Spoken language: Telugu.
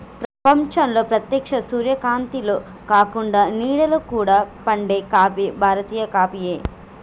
ప్రపంచంలో ప్రేత్యక్ష సూర్యకాంతిలో కాకుండ నీడలో కూడా పండే కాఫీ భారతీయ కాఫీయే